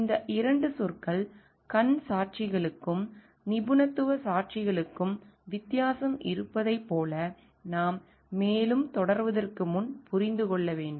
இந்த 2 சொற்கள் கண் சாட்சிகளுக்கும் நிபுணத்துவ சாட்சிகளுக்கும் வித்தியாசம் இருப்பதைப் போல நாம் மேலும் தொடர்வதற்கு முன் புரிந்து கொள்ள வேண்டும்